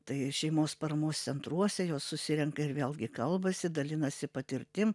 tai šeimos paramos centruose jos susirenka ir vėlgi kalbasi dalinasi patirtim